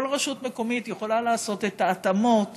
כל רשות מקומית יכולה לעשות את ההתאמות